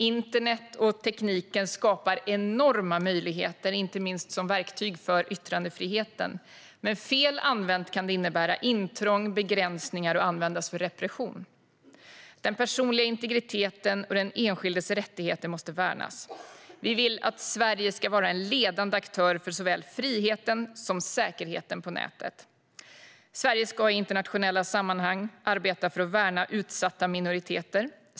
Internet och tekniken skapar enorma möjligheter, inte minst som ett verktyg för yttrandefriheten, men fel använt kan det innebära intrång och begränsningar och användas för repression. Den personliga integriteten och den enskildes rättigheter måste värnas. Vi vill att Sverige ska vara en ledande aktör för såväl friheten som säkerheten på nätet. Sverige ska i internationella sammanhang arbeta för att värna utsatta minoriteter.